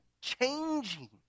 changing